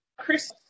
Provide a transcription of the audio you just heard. Chris